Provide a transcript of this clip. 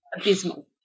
abysmal